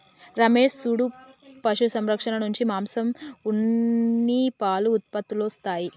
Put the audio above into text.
రమేష్ సూడు పశు సంరక్షణ నుంచి మాంసం ఉన్ని పాలు ఉత్పత్తులొస్తాయి